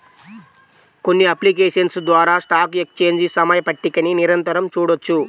కొన్ని అప్లికేషన్స్ ద్వారా stock exchange సమయ పట్టికని నిరంతరం చూడొచ్చు